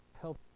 help